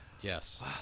Yes